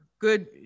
Good